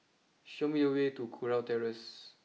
show me the way to Kurau Terrace